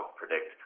predict